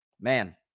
Man